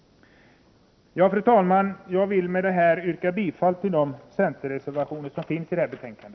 Fru talman! Jag vill med detta yrka bifall till de centerreservationer som finns i detta betänkande.